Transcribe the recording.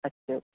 اچھا